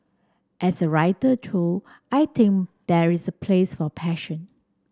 as a writer through I think there is a place for passion